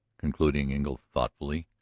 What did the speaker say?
concluded engle thoughtfully.